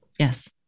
Yes